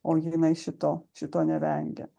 o jinai šito šito nevengia